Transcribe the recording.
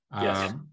yes